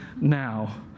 now